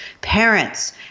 parents